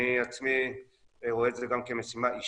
אני עצמי רואה את זה גם כמשימה אישית,